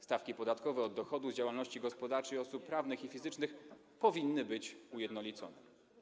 Stawki podatkowe od dochodów z działalności gospodarczej osób prawnych i fizycznych powinny być ujednolicone.